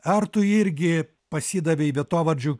ar tu irgi pasidavei vietovardžių